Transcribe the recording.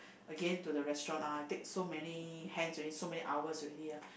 again to the restaurant ah take so many hands already so many hours already ah